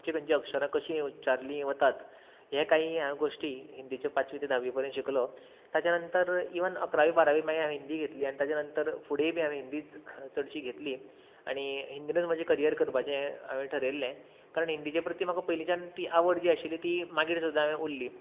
खंयची खंयची अक्षरां कशी उच्चारली गेली वतात हें कायीं हांवें गोश्टी हिंदीचे पांचवी ते दावा मेरेन शिकलो ताच्या नंतर इवन अकरावी बारावी मागीर हांवें हिंदी घेतली आनी ताचे नंतर फुडेंय बी हांयेन हिंदीच चडशी घेतली आनी हिंदीनूच म्हजें करियर करपाचें हांवें थारायलें कारण हिंदीचें प्रती म्हाका पयलींच्यान ती आवड जी आशिल्ली ती मागीर सुद्दां उरली